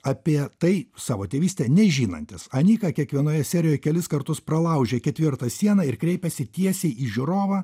apie tai savo tėvystę nežinantis anika kiekvienoje serijoje kelis kartus pralaužia ketvirtą sieną ir kreipiasi tiesiai į žiūrovą